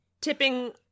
tipping